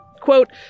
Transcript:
Quote